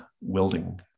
welding